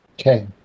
Okay